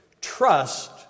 Trust